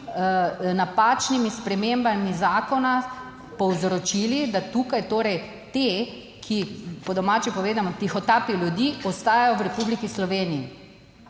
napačnimi spremembami zakona povzročili, da tukaj torej te, ki po domače povedano tihotapijo ljudi ostajajo v Republiki Sloveniji.